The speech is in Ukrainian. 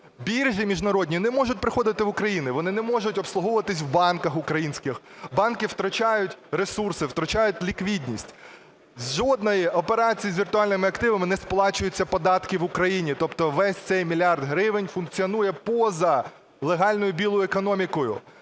Біржі міжнародні не можуть приходити в Україну, вони не можуть обслуговуватися в банках українських, банки втрачають ресурси, втрачають ліквідність. З жодної операції з віртуальними активами не сплачується податки в Україні, тобто весь цей мільярд гривень функціонує поза легальною ("білою") економікою.